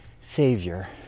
savior